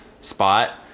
spot